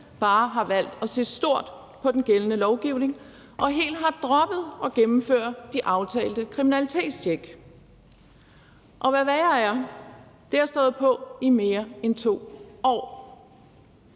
bare har valgt at se stort på den gældende lovgivning og helt har droppet at gennemføre de aftalte kriminalitetstjek. Og hvad værre er, det har stået på i mere end 2 år.